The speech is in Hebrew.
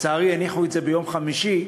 לצערי, הניחו את זה ביום חמישי,